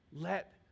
Let